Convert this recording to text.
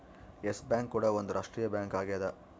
S Bank ಕೂಡ ಒಂದ್ ರಾಷ್ಟ್ರೀಯ ಬ್ಯಾಂಕ್ ಆಗ್ಯದ